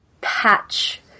patch